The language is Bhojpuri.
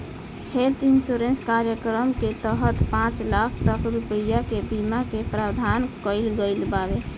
हेल्थ इंश्योरेंस कार्यक्रम के तहत पांच लाख तक रुपिया के बीमा के प्रावधान कईल गईल बावे